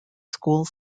schools